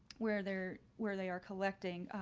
where they're where they are collecting.